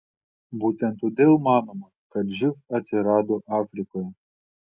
būtent todėl manoma kad živ atsirado afrikoje